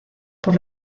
por